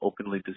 openly